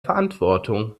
verantwortung